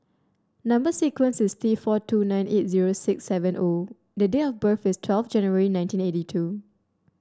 number sequence is T four two nine eight zero six seven O the date of birth is twelve January nineteen eighty two